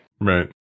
Right